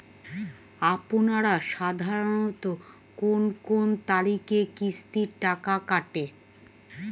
আপনারা সাধারণত কোন কোন তারিখে কিস্তির টাকা কাটে?